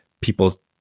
people